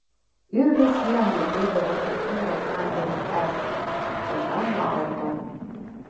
ir vis vien jie eidavo į sūrio sandėlį s o ten laukdavo